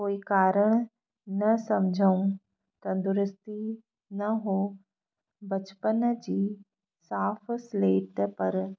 कोई कारण न सम्झूं तंदुरुस्ती न उहो बचपन जी साफ़ स्लेट पर